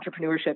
entrepreneurship